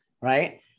right